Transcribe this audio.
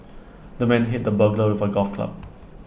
the man hit the burglar with A golf club